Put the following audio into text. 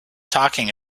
talking